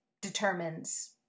determines